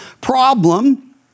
problem